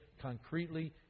concretely